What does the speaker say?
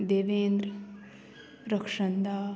Devendra Rakshanda